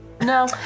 no